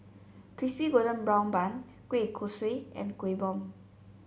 Crispy Golden Brown Bun Kueh Kosui and Kueh Bom